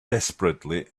desperately